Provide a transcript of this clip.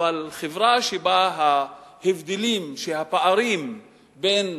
חברה שהפערים בה בין